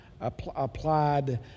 applied